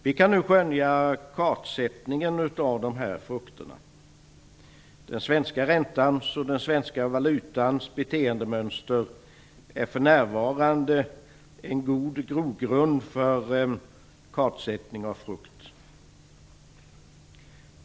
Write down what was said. Vi kan nu skönja kartsättningen av dessa frukter. Den svenska räntans och den svenska valutans förändringsmönster är för närvarande en god grogrund för kartsättning av frukt.